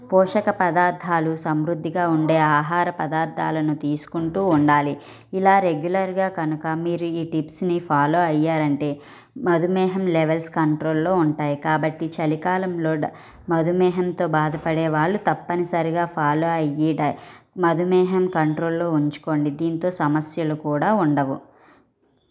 పోషక పదార్థాలు సమృద్ధిగా ఉండే ఆహార పదార్థాలను తీసుకుంటూ ఉండాలి ఇలా రెగ్యులర్గా కనుక మీరు ఈ టిప్స్ని ఫాలో అయ్యారంటే మధుమేహం లెవెల్స్ కంట్రోల్లో ఉంటాయి కాబట్టి చలికాలంలో డ మధుమేహంతో బాధపడే వాళ్ళు తప్పనిసరిగా ఫాలో అయ్యి డై మధుమేహం కంట్రోల్లో ఉంచుకోండి దీంతో సమస్యలు కూడా ఉండవు